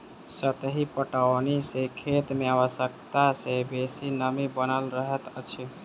सतही पटौनी सॅ खेत मे आवश्यकता सॅ बेसी नमी बनल रहैत अछि